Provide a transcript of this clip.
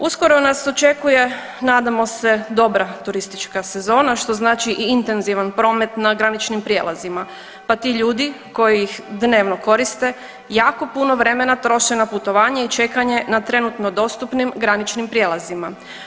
Uskoro nas očekuje nadamo se dobra turistička sezona što znači i intenzivan promet na graničnim prijelazima, pa ti ljudi koji ih dnevno koriste jako puno vremena troše na putovanje i čekanje na trenutno dostupnim graničnim prijelazima.